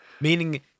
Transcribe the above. meaning